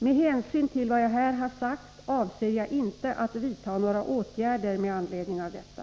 Med hänsyn till vad jag här har sagt avser jag inte att vidta några åtgärder med anledning av detta.